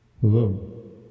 Hello